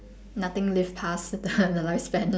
nothing lived past the the lifespan